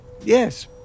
Yes